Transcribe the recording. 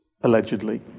allegedly